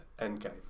Endgame